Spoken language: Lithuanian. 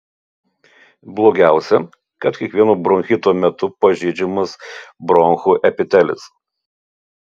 blogiausia kad kiekvieno bronchito metu pažeidžiamas bronchų epitelis